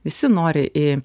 visi nori į